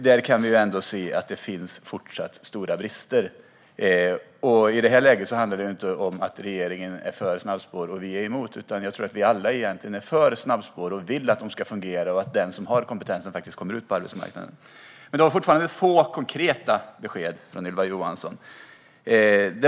Där finns det fortsatt stora brister. Det handlar inte om att regeringen är för snabbspåren och att vi är emot dem. Jag tror att vi alla är för dem och vill att de ska fungera och att den som har kompetens faktiskt kommer ut på arbetsmarknaden. Det var dock få konkreta besked från Ylva Johansson.